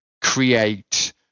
create